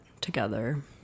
together